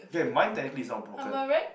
K mine technically is not broken